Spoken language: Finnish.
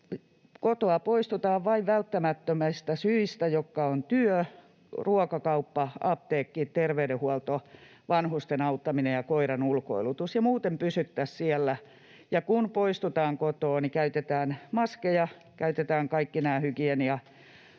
kotoa poistutaan vain välttämättömistä syistä, jotka ovat työ, ruokakauppa, apteekki, terveydenhuolto, vanhusten auttaminen ja koiran ulkoilutus, ja muuten pysyttäisiin siellä, ja kun poistutaan kotoa, niin käytetään maskeja, noudatetaan